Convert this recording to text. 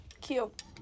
Cute